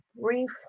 brief